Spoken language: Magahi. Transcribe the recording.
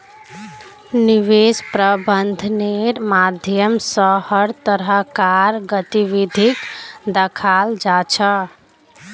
निवेश प्रबन्धनेर माध्यम स हर तरह कार गतिविधिक दखाल जा छ